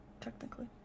technically